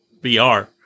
VR